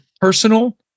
personal